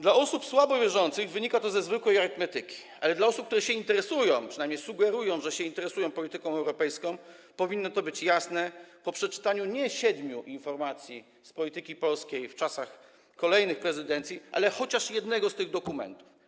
Dla osób słabo wierzących wynika to ze zwykłej arytmetyki, ale dla osób, które się interesują, przynajmniej sugerują, że się interesują, polityką europejską, powinno to być jasne po przeczytaniu nie siedmiu informacji z zakresu polityki polskiej w czasach kolejnych prezydencji, ale chociaż jednego z tych dokumentów.